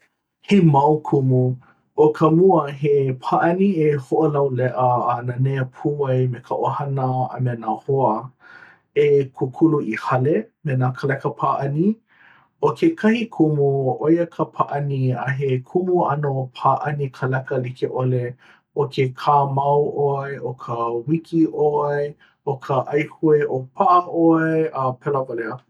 he mau kumu ʻO ka mua he pāʻani e hoʻolauleʻa a nānea pū ai me ka ʻohana a me nā hoa. E kūkulu i hale me nā kāleka pāʻani. ʻo kekahi kumu ʻoia ka pāʻani a he mau ʻano pāʻani kāleka like ʻole ʻo ke kāmau ʻoe, ʻo ka ʻuwiki ʻoe ʻo ka ʻaihue ʻōpaʻa ʻoe a pēlā wale aku.